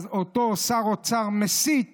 אז אותו שר אוצר מסית